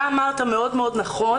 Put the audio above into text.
אתה אמרת אוד מאוד נכון